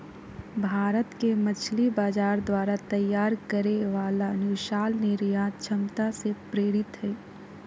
भारत के मछली बाजार द्वारा तैयार करे वाला विशाल निर्यात क्षमता से प्रेरित हइ